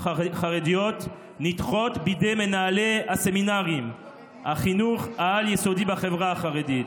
חרדיות נדחות בידי מנהלי הסמינרים בחינוך העל-יסודי בחברה החרדית,